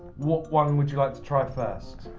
what one would you like to try first?